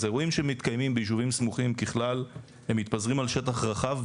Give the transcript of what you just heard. אז אירועים שמתקיימים ביישובים סמוכים ככלל מתפזרים על שטח רחב,